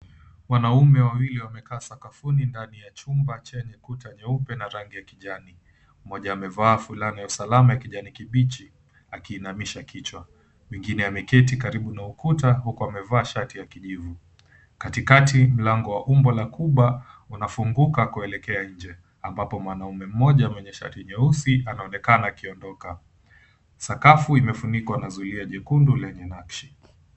Wanaume wawili wamekaa sakafuni kwenye chumba chenye kuta nyeupe na yenye rangi ya kijani. Mmoja amevaa fulana ya usalama ya kijani kibichi akiinamisha kichwa. Mwingine ameketi karibu na ukuta huku amevaa shati ya kijivu. Katikati mlango wa umbo la kuba unafunguka kuelekea nje ambapo mwanaume mmoja kwenye shati jeusi anaonekana akiondoka. Sakafu imefunikwa na zulia jekundu lenye nakshi.